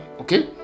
Okay